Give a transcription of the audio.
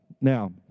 Now